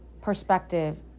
perspective